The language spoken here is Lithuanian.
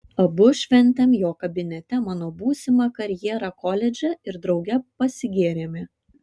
abu šventėm jo kabinete mano būsimą karjerą koledže ir drauge pasigėrėme